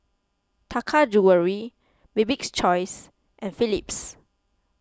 Taka Jewelry Bibik's Choice and Philips